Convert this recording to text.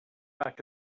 back